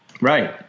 Right